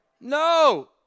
No